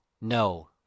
no